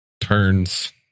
Turns